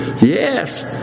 Yes